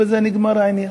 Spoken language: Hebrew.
ובזה נגמר העניין.